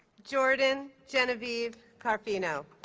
jordan genevieve carfino